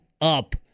up